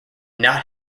not